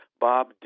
Bob